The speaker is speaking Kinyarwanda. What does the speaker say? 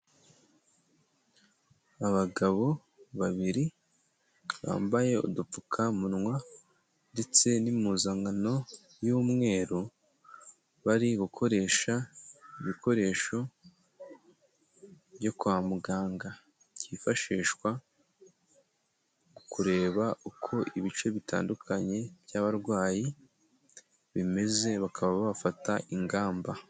Abagabo babiri bambaye udupfukamunwa ndetse n'impuzankano y'umweru, bari gukoresha ibikoresho byo kwa muganga, byifashishwa kureba uko ibice bitandukanye by'abarwayi bimeze, bakaba bafata ingamba.